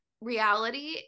reality